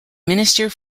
minister